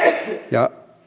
ja